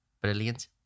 Brilliant